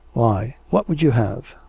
why, what would you have?